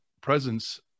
presence